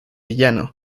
llano